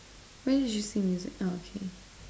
where did you see music oh okay